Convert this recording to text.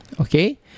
okay